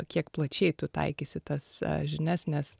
kiek plačiai tu taikysi tas žinias nes